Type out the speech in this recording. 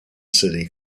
city